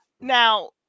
now